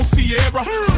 Sierra